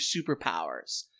superpowers